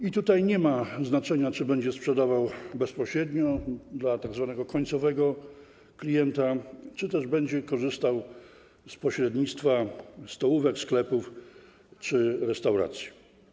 I tutaj nie ma znaczenia, czy będzie sprzedawał bezpośrednio dla tzw. końcowego klienta, czy też będzie korzystał z pośrednictwa stołówek, sklepów czy restauracji.